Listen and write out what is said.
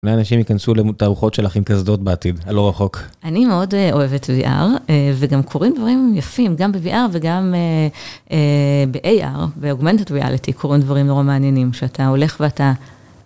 הרבה אנשים ייכנסו לתערוכות שלך עם קסדות בעתיד הלא רחוק. אני מאוד אוהבת וי-אר, וגם קורים דברים יפים גם בוי-אר, וגם באיי-אר ואוגמנטד ריאליטי קורים דברים נורא מעניינים שאתה הולך ואתה